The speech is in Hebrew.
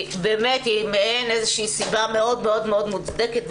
באמת אם אין איזה שהיא סיבה מאוד מאוד מאוד מוצדקת,